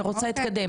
אני רוצה להתקדם.